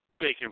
Bacon